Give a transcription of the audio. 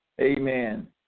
Amen